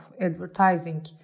advertising